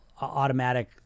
automatic